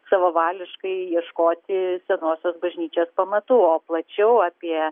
savavališkai ieškoti senosios bažnyčios pamatų o plačiau apie